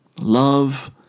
Love